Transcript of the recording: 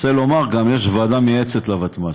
רוצה לומר גם: יש ועדה מייעצת לוותמ"ל.